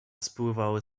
spływały